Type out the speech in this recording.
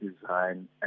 design